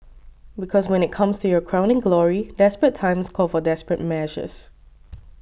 because when it comes to your crowning glory desperate times call for desperate measures